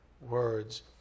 words